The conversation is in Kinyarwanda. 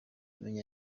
menya